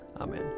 Amen